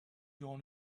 durant